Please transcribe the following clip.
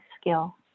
skill